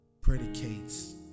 predicates